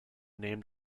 named